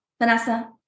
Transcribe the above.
vanessa